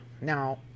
Now